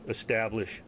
establish